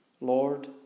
Lord